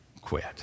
quit